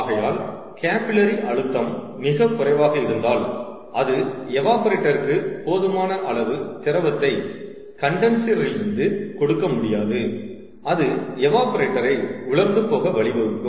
ஆகையால் கேபில்லரி அழுத்தம் மிகக்குறைவாக இருந்தால் அது எவாப்ரேட்டர்க்கு போதுமான அளவு திரவத்தை கண்டன்சரிலிருந்து கொடுக்க முடியாது அது எவாப்ரேட்டரை உலர்ந்து போக வழிவகுக்கும்